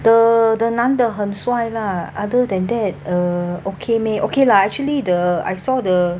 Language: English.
the the 男的很帅 lah other than that uh okay meh okay lah actually the I saw the